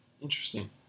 Interesting